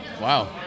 Wow